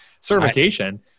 certification